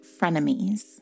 Frenemies